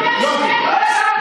לא השארתי אותך בחוץ.